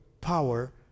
power